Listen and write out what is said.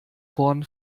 vorn